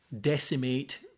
decimate